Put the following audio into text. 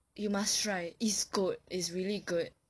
you must try it's good it's really good